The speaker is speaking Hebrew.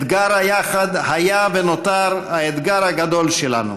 אתגר ה"יחד" היה ונותר האתגר הגדול שלנו,